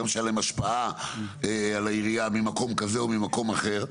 שהייתה להם השפעה על העירייה ממקום כזה או ממקום אחר.